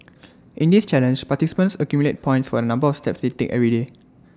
in this challenge participants accumulate points for the number of steps they take every day